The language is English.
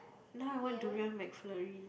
now I want durian McFlurry